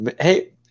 Hey